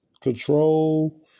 Control